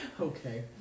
Okay